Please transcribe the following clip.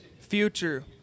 future